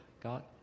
God